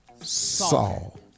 Saul